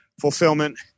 fulfillment